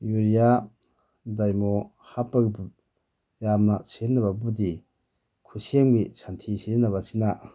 urea ꯗꯥꯏꯃꯣ ꯌꯥꯝꯅ ꯁꯤꯖꯤꯟꯅꯕꯕꯨꯗꯤ ꯈꯨꯠꯁꯦꯝꯒꯤ ꯁꯟꯊꯤ ꯁꯤꯖꯤꯟꯅꯕ ꯑꯁꯤꯅ